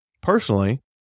personally